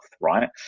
right